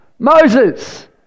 Moses